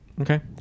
Okay